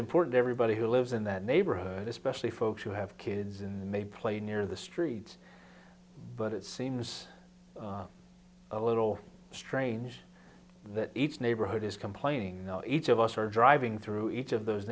important everybody who lives in that neighborhood especially folks who have kids and may play near the street but it seems a little strange that each neighborhood is complaining each of us are driving through each of those